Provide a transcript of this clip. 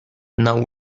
now